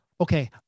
Okay